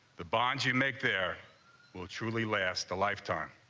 the bond you make, there will truly last a lifetime.